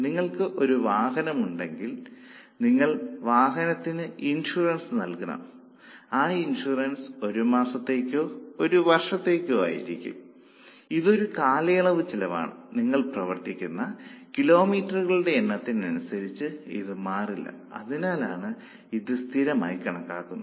നിങ്ങൾക്ക് ഒരു വാഹനമുണ്ടെങ്കിൽ നിങ്ങൾ വാഹനത്തിന് ഇൻഷുറൻസ് നൽകണം ആ ഇൻഷുറൻസ് 1 മാസത്തേക്കോ 1 വർഷത്തേക്കോ ആയിരിക്കും ഇത് ഒരു കാലയളവ് ചെലവാണ് നിങ്ങൾ പ്രവർത്തിപ്പിക്കുന്ന കിലോമീറ്ററുകളുടെ എണ്ണത്തിനനുസരിച്ച് ഇത് മാറില്ല അതിനാലാണ് ഇത് സ്ഥിരമായി കണക്കാക്കുന്നത്